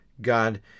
God